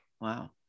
Wow